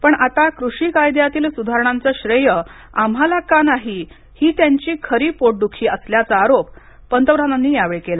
पण आता कृषी कायद्यातील सुधारणांचं श्रेय आम्हाला का नाही ही त्यांची खरी पोटदूखी असल्याचा आरोप पंतप्रधानांनी केला